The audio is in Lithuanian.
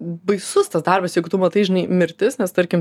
baisus tas darbas jeigu tu matai žinai mirtis nes tarkim